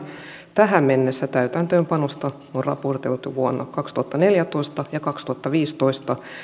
tähän mennessä täytäntöönpanosta on raportoitu vuonna kaksituhattaneljätoista ja vuonna kaksituhattaviisitoista